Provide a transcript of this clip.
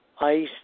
ice